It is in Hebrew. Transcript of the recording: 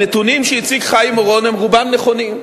הנתונים שהציג חיים אורון הם רובם נכונים,